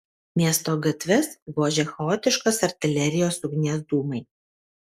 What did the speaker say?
miesto gatves gožė chaotiškos artilerijos ugnies dūmai